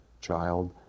child